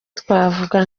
twavuga